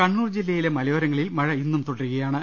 കണ്ണൂർ ജില്ലയിലെ മലയോരങ്ങളിൽ മഴ ഇന്നും തുടരുകയാ ണ്